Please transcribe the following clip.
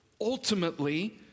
Ultimately